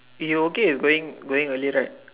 eh you okay with going going early right